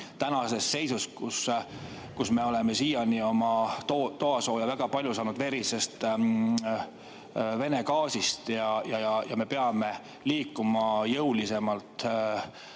tänases seisus, kus me oleme siiani oma toasooja väga palju saanud verisest Vene gaasist ja me peame liikuma jõulisemalt